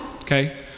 okay